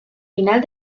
final